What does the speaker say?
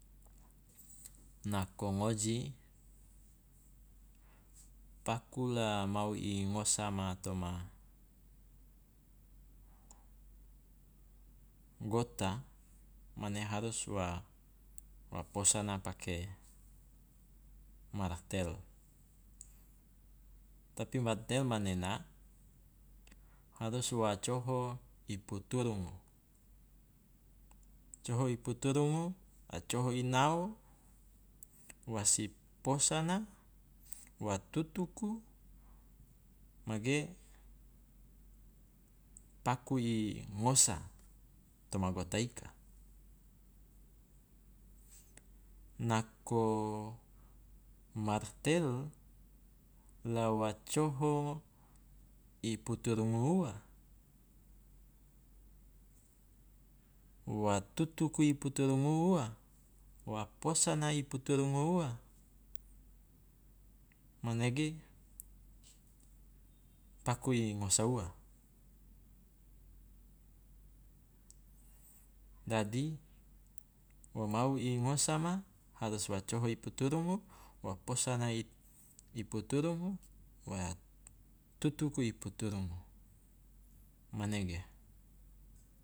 Nako ngoji, paku la mau i ngosama toma gota, mane harus wa posana pake martel, tapi martel manena harus wa coho i puturungu, coho i puturungu a coho i nao, wasi posana wa tutuku mage paku i ngosa toma gota ika. Nako martel la wa coho i puturungu ua wa tutuku i puturungu ua, wa posana i puturungu ua, manege paku i ngosa ua, dadi wo mau i ngosama harus wa coho i puturungu, wa posana i i puturungu, wa tutuku i puturungu, manege.